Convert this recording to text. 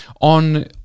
on